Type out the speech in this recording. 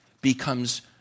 becomes